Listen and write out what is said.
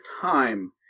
time